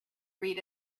read